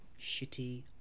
shitty